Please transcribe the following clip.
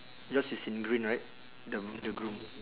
yours is in green right the the groom